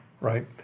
right